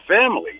family